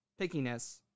pickiness